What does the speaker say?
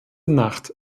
nacht